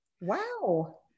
wow